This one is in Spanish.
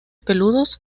peludos